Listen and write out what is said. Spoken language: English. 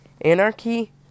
Anarchy